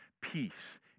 peace